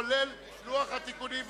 כולל לוח התיקונים וההערות.